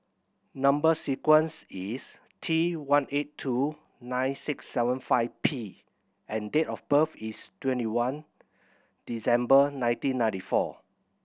number sequence is T one eight two nine six seven five P and date of birth is twenty one December nineteen ninety four